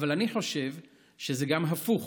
אבל אני חושב שזה גם הפוך: